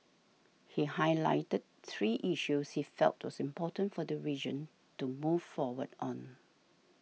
he highlighted three issues he felt was important for the region to move forward on